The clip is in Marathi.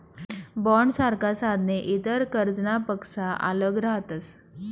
बॉण्डसारखा साधने इतर कर्जनापक्सा आल्लग रहातस